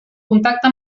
contacte